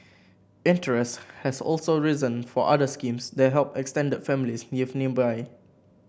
interest has also risen for other schemes that help extended families live nearby